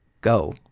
go